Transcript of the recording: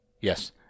Yes